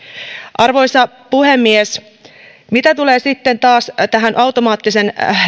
arvoisa puhemies mitä tulee sitten taas tähän automaattisen